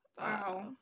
Wow